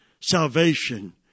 Salvation